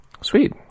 Sweet